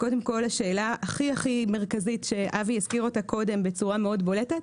קודם כל השאלה הכי מרכזית שאבי הזכיר אותה קודם בצורה מאוד בולטת,